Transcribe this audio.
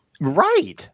Right